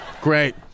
Great